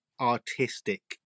artistic